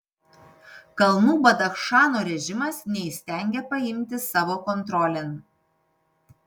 kalnų badachšano režimas neįstengia paimti savo kontrolėn